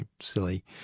silly